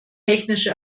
technische